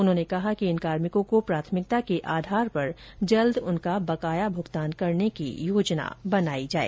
उन्होंने कहा कि इन कार्मिकों को प्राथमिकता के आधार पर जल्द उनका बकाया भुगतान करने की योजना बनाई जाए